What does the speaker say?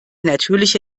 natürliche